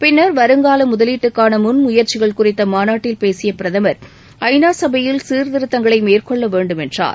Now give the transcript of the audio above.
பின்னர் வருங்கால முதலீட்டுக்கான முன் முயற்சிகள் குறித்த மாநாட்டில் பேசிய பிரதமர் ஐ நா சபையில் சீர்திருத்தங்களை மேற்கொள்ள வேண்டும் என்றார்